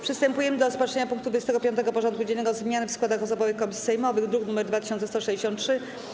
Przystępujemy do rozpatrzenia punktu 25. porządku dziennego: Zmiany w składach osobowych komisji sejmowych (druk nr 2163)